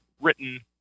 written